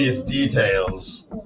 details